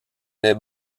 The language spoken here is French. les